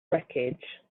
wreckage